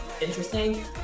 interesting